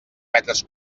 metres